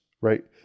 right